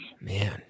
Man